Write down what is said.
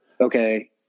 okay